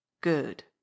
good